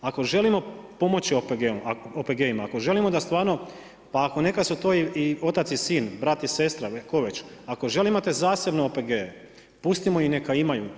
Ako želimo pomoći OPG-ima, ako želimo da stvarno pa neka su to i otac i sin, brat i sestra, tko već, ako žele imati zasebno OPG-e pustimo ih neka imaju.